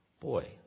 Boy